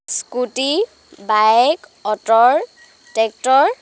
scooty bike auto tractor